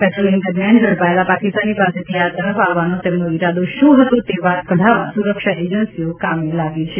patrolling દરમિયાન ઝડપાયેલા પાકિસ્તાની પાસેથી આ તરફ આવવાનો તેમનો ઇરાદો શ્રું હતો તે વાત કઢાવવા સુરક્ષા એજન્સીઓ કામે લાગી છે